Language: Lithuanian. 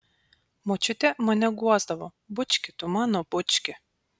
močiutė mane guosdavo bučki tu mano bučki